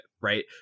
right